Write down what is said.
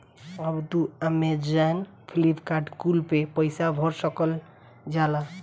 अब तू Amazon, Flipkart कुल पे पईसा भर सकल जाला